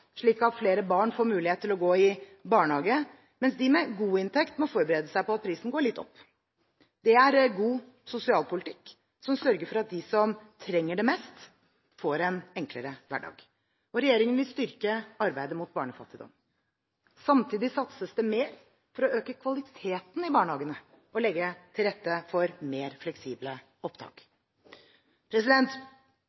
slik at flere barn får mulighet til å gå i barnehage, mens de med god inntekt må forberede seg på at prisen går litt opp. Dette er god sosialpolitikk som sørger for at de som trenger det mest, får en enklere hverdag. Regjeringen vil styrke arbeidet mot barnefattigdom. Samtidig satses det mer for å øke kvaliteten i barnehagene og legge til rette for mer fleksible opptak.